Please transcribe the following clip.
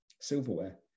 silverware